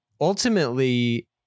ultimately